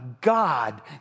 God